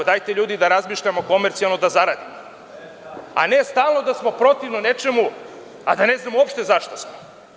Dajte, ljudi, da razmišljamo komercijalno, da zaradimo, a ne stalno da smo protivno nečemu, a da ne znamo uopšte za šta smo.